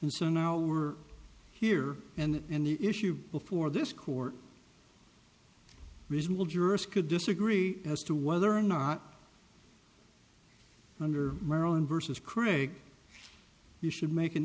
and so now we're here and and the issue before this court reasonable jurist could disagree as to whether or not under maryland versus crick you should make an